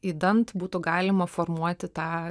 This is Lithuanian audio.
idant būtų galima formuoti tą